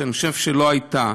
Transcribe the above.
שאני חושב שלא הייתה,